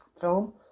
film